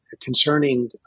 concerning